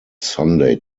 sunday